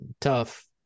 tough